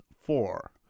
Four